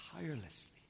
tirelessly